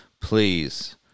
please